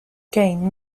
gain